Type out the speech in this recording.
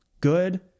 good